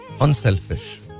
unselfish